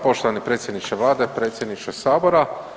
Poštovani predsjedniče Vlade, predsjedniče Sabora.